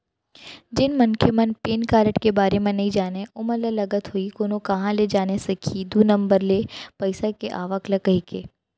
जेन मनखे मन ह पेन कारड के बारे म नइ जानय ओमन ल लगत होही कोनो काँहा ले जाने सकही दू नंबर ले पइसा के आवक ल कहिके